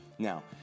Now